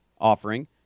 offering